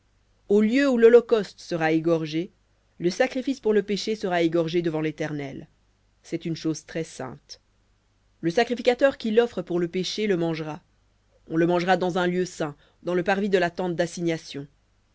au lieu où l'holocauste sera égorgé le sacrifice pour le péché sera égorgé devant l'éternel c'est une chose très-sainte le sacrificateur qui l'offre pour le péché le mangera on le mangera dans un lieu saint dans le parvis de la tente d'assignation